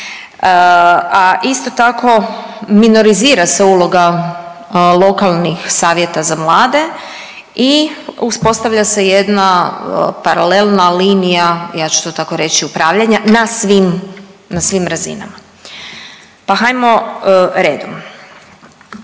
A isto tako minorizira se uloga lokalnih savjeta za mlade i uspostavlja se jedna paralelna linija ja ću to tako reći upravljanja na svim razinama. Pa hajmo redom.